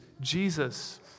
Jesus